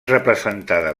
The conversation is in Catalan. representada